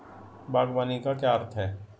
बागवानी का क्या अर्थ है?